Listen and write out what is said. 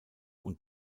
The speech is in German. und